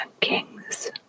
kings